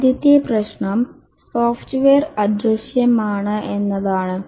ആദ്യത്തെ പ്രശ്നം സോഫ്റ്റ്വെയർ അദൃശ്യമാണ് എന്നതാണ്